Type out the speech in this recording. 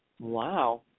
Wow